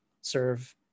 serve